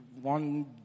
One